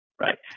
Right